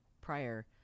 prior